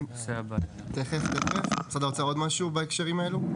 משרד האוצר, עוד משהו בהקשרים האלה?